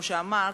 כמו שאמרת,